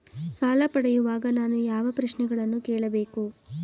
ಸಾಲ ಪಡೆಯುವಾಗ ನಾನು ಯಾವ ಪ್ರಶ್ನೆಗಳನ್ನು ಕೇಳಬೇಕು?